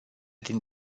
din